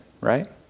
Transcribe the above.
right